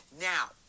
Now